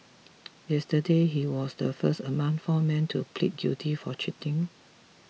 yesterday he was the first among four men to plead guilty for cheating